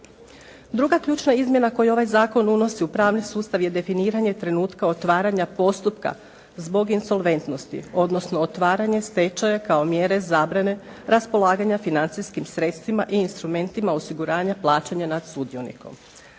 Druga ključna izmjena koju ovaj zakon unosi u pravni sustav je definiranje trenutka otvaranja postupka zbog insolventnosti odnosno otvaranje stečaja kao mjere zabrane raspolaganja financijskim sredstvima i instrumentima osiguranja plaćanja nad sudionikom.